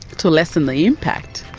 to lessen the impact.